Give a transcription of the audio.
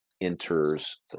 enters